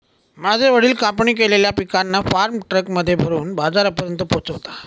माझे वडील कापणी केलेल्या पिकांना फार्म ट्रक मध्ये भरून बाजारापर्यंत पोहोचवता